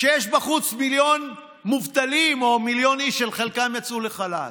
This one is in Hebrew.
כשיש בחוץ מיליון מובטלים או מיליון איש שחלקם יצאו לחל"ת.